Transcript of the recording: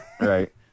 Right